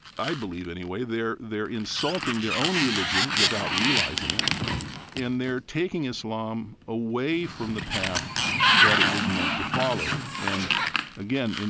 i believe, anyway, they're they're insulting their own religion without realizing it and they're taking islam away from the path that it was meant to follow and again,